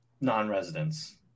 non-residents